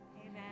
Amen